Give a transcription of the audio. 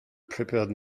prepared